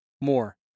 more